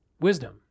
wisdom